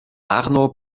arno